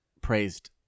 praised